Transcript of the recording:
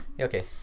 Okay